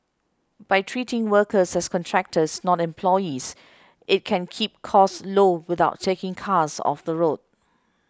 by treating workers as contractors not employees it can keep costs low without taking cars off the road